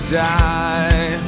die